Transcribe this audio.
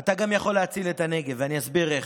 אתה גם יכול להציל את הנגב, ואני אסביר איך.